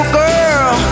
girl